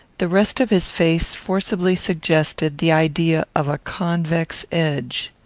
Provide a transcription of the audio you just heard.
the rest of his face forcibly suggested the idea of a convex edge.